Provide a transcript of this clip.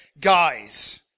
guys